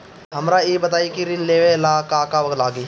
हमरा ई बताई की ऋण लेवे ला का का लागी?